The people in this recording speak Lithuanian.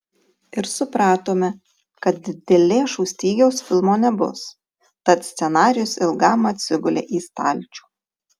ir supratome kad dėl lėšų stygiaus filmo nebus tad scenarijus ilgam atsigulė į stalčių